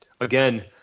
again